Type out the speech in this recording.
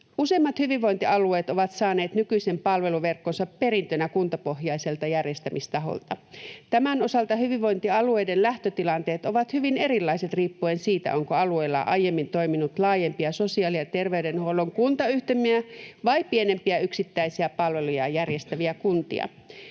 Useimmat hyvinvointialueet ovat saaneet nykyisen palveluverkkonsa perintönä kuntapohjaiselta järjestämistaholta. Tämän osalta hyvinvointialueiden lähtötilanteet ovat hyvin erilaiset riippuen siitä, onko alueella aiemmin toiminut laajempia sosiaali- ja terveydenhuollon kuntayhtymiä vai pienempiä, yksittäisiä palveluja järjestäviä kuntia.